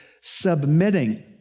submitting